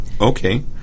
Okay